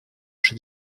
przy